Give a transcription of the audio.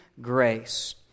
grace